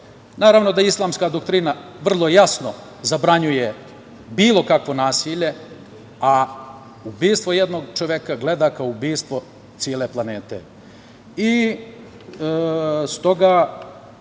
da islamska doktrina vrlo jasno zabranjuje bilo kakvo nasilje, a ubistvo jednog čoveka gleda kao ubistvo cele planete.